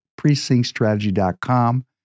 precinctstrategy.com